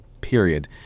period